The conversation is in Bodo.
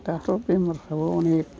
दाथ' बेमारफ्राबो अनेख